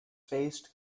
faced